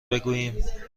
بگویم